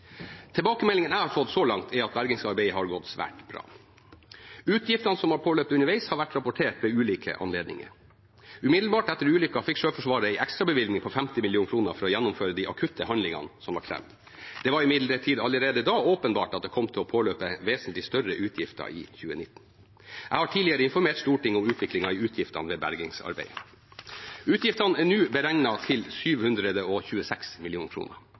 jeg har fått så langt, er at bergingsarbeidet har gått svært bra. Utgiftene som har påløpt underveis, har vært rapportert ved ulike anledninger. Umiddelbart etter ulykken fikk Sjøforsvaret en ekstrabevilgning på 50 mill. kr for å gjennomføre de akutte handlingene som var krevet. Det var imidlertid allerede da åpenbart at det kom til å påløpe vesentlig større utgifter i 2019. Jeg har tidligere informert Stortinget om utviklingen i utgiftene ved bergingsarbeidet. Utgiftene er nå beregnet til 726